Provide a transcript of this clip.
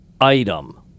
item